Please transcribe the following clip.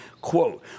quote